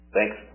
Thanks